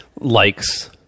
Likes